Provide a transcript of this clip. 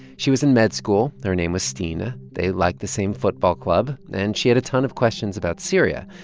she was in med school. her name was stine. ah they liked the same football club, and she had a ton of questions about syria.